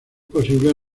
posible